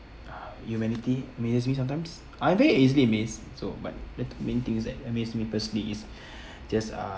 humanity amazes me sometimes I very easily amazed so but that the main things that amazed me personally is just uh